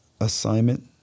Assignment